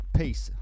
peace